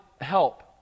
help